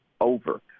over